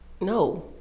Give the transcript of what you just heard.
no